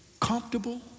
comfortable